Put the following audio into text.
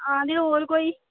हां नीं होर कोई